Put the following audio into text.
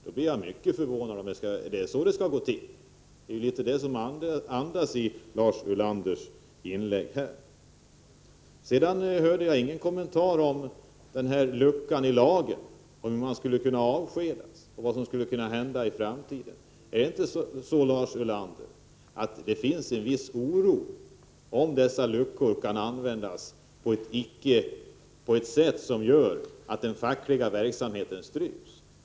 Jag blir mycket förvånad om det är så det skall gå till, men det är ju andemeningen i Lars Ulanders inlägg. Sedan hörde jag ingen kommentar från Lars Ulander om luckan i lagen — hur man skulle kunna avskedas och vad som skulle kunna hända i framtiden. Är det inte så, Lars Ulander, att det finns en viss oro för att denna lucka i lagen kan utnyttjas på ett sätt som gör att den fackliga verksamheten stryps?